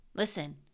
Listen